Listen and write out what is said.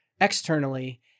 externally